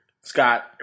Scott